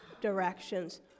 directions